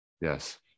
Yes